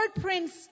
Prince